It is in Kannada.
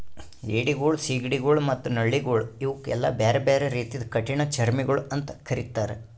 ಏಡಿಗೊಳ್, ಸೀಗಡಿಗೊಳ್ ಮತ್ತ ನಳ್ಳಿಗೊಳ್ ಇವುಕ್ ಎಲ್ಲಾ ಬ್ಯಾರೆ ಬ್ಯಾರೆ ರೀತಿದು ಕಠಿಣ ಚರ್ಮಿಗೊಳ್ ಅಂತ್ ಕರಿತ್ತಾರ್